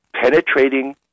penetrating